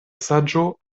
saĝo